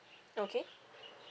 okay